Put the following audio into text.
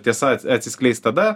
tiesa atsiskleis tada